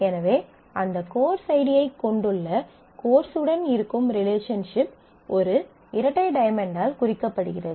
எனவே அந்த கோர்ஸ் ஐடியைக் கொண்டுள்ள கோர்ஸ் உடன் இருக்கும் ரிலேஷன்ஷிப் ஒரு இரட்டை டயமண்ட்டால் குறிக்கப்படுகிறது